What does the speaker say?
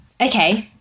okay